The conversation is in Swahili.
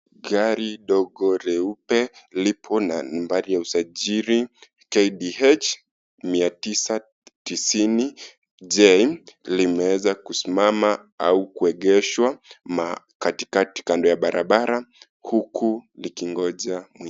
Gari dogo leupe. Lipo na nambari ya usajili, KDH 9009 J. Limeweza kusimama au kuegeshwa katikati, kando ya barabara huku likingoja...